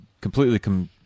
completely